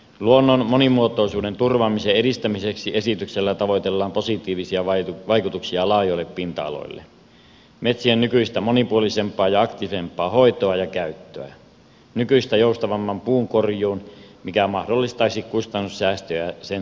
luonnon monimuotoisuuden turvaamisen edistämiseksi esityksellä tavoitellaan positiivisia vaikutuksia laajoille pinta aloille metsien nykyistä monipuolisempaa ja aktiivisempaa hoitoa ja käyttöä nykyistä joustavampaa puunkorjuuta mikä mahdollistaisi kustannussäästöjä sen toteutumisessa